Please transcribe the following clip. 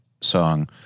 song